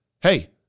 Hey